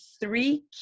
three